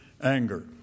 anger